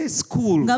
school